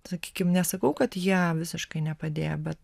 sakykim nesakau kad jie visiškai nepadėjo bet